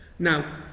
Now